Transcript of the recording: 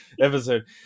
episode